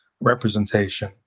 representation